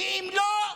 כי אם לא,